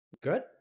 Good